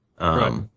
right